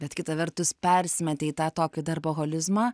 bet kita vertus persimetei į tą tokį darboholizmą